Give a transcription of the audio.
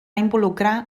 involucrar